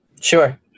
sure